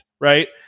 right